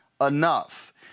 enough